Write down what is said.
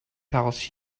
tells